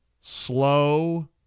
Slow